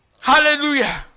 Hallelujah